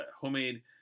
homemade